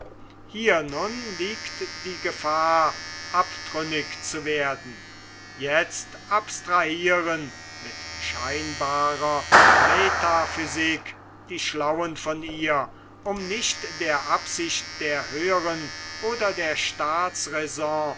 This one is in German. hier nun liegt die gefahr abtrünnig zu werden jetzt abstrahiren mit scheinbarer metaphysik die schlauen von ihr um nicht der absicht der höheren oder der